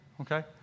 Okay